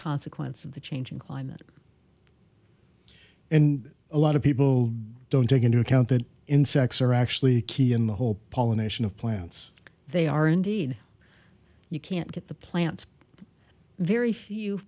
consequence of the change in climate and a lot of people don't take into account that insects are actually key in the whole pollination of plants they are indeed you can't get the plants very few